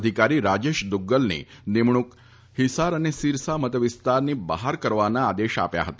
અધિકારી રાજેશ દુગ્ગલની નિમણુંક હિસાર અને સીરસા મતવિસ્તારની બહાર કરવાના આદેશ આપ્યા હતા